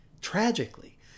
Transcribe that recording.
Tragically